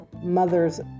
mother's